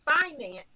finance